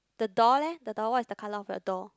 the door leh the door what is the color of the door